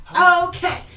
Okay